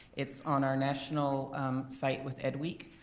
it's on our national site with edweek.